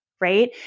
right